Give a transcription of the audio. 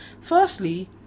Firstly